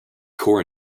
core